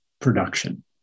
production